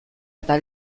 eta